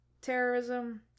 terrorism